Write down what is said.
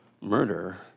murder